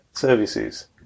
services